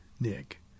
Nick